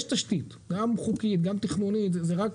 יש תשתית גם חוקית וגם תכנונית וזה רק